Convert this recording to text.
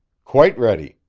quite ready.